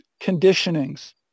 conditionings